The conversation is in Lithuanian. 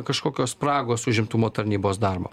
kažkokios spragos užimtumo tarnybos darbo